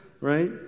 right